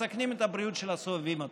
מסכנים את הבריאות של הסובבים אותם.